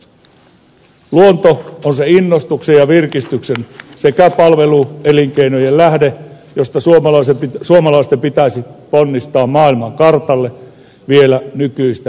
luonto on se innostuksen ja virkistyksen sekä palveluelinkeinojen lähde josta suomalaisten pitäisi ponnistaa maailmankartalle vielä nykyistä tehokkaammin